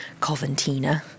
Coventina